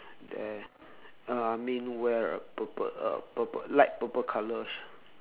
there uh I mean wear a purple uh purple light purple colour